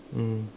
mm